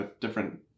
different